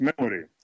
memory